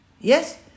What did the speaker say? Yes